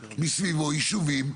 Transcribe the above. מסביבו ישובים,